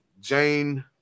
Jane